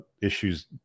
issues